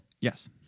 Yes